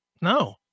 No